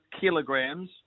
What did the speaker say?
kilograms